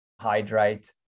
hydrate